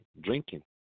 drinking